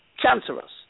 cancerous